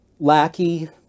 Lackey